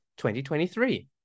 2023